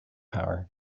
power